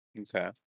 Okay